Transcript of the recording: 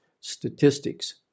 statistics